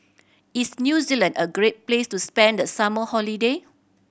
is New Zealand a great place to spend the summer holiday